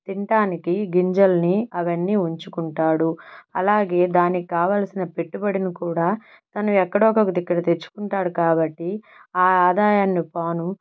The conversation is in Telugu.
తినడానికి గింజల్ని అవన్నీ ఉంచుకుంటాడు అలాగే దానికి కావలసిన పెట్టుబడిని కూడా తను ఎక్కడో ఒక్కొక్క దిక్కున తెచ్చుకుంటాడు కాబట్టి ఆ ఆదాయాన్ని పోనూ